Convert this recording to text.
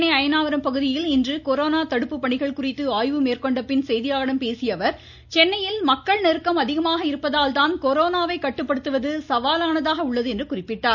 சென்னை அயனாவரம் பகுதியில் இன்று கொரோனா தடுப்பு பணிகள் குறித்து ஆய்வு மேற்கொண்ட பின் செய்தியாளர்களிடம் பேசிய அவர் சென்னையில் மக்கள் நெருக்கம் அதிகமாக இருப்பதால்தான் கொரோனாவை கட்டுப்படுத்துவது சவாலானதாக உள்ளது என்று குறிப்பிட்டார்